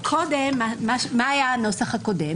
הרי מה היה הנוסח הקודם?